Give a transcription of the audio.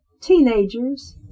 Teenagers